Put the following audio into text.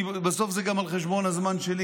כי בסוף זה גם על חשבון הזמן שלי,